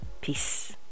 Peace